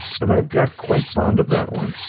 but i've got quite fond of that one,